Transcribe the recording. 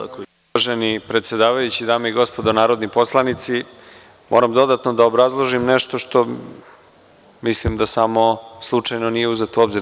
Uvaženi predsedavajući, dame i gospodo narodni poslanici, moram dodatno da obrazložim nešto što mislim da samo nije slučajno uzeto u obzir.